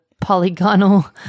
polygonal